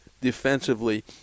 defensively